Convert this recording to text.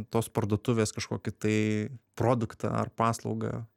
tos parduotuvės kažkokį tai produktą ar paslaugą